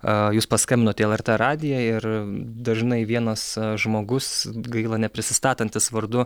aa jūs paskambinote į lrt radiją ir dažnai vienas žmogus gaila neprisistatantis vardu